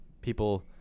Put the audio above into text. people